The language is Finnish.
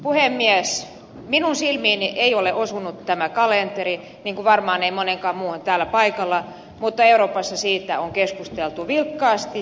minun silmiini ei ole osunut tämä kalenteri niin kuin varmaan ei monen muunkaan täällä paikalla mutta euroopassa siitä on keskusteltu vilkkaasti